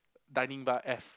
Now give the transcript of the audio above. dining bar F